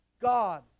God